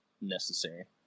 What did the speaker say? necessary